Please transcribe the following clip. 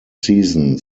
season